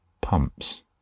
pumps